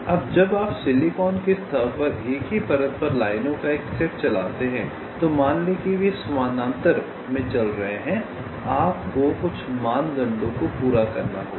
अब जब आप सिलिकॉन की सतह पर एक ही परत पर लाइनों का एक सेट चलाते हैं तो मान लें कि वे समानांतर में चल रहे हैं तो आपको कुछ मानदंडों को पूरा करना होगा